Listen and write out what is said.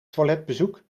toiletbezoek